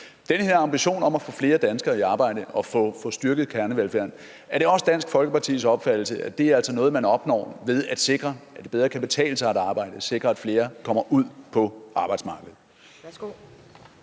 den her ambition om at få flere danskere i arbejde og få styrket kernevelfærden altså er noget, man opnår ved at sikre, at det bedre kan betale sig at arbejde, sikre, at flere kommer ud på arbejdsmarkedet?